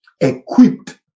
equipped